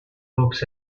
ropes